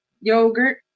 yogurt